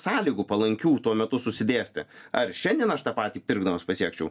sąlygų palankių tuo metu susidėstė ar šiandien aš tą patį pirkdamas pasiekčiau